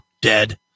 dead